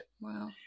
Wow